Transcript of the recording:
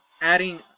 adding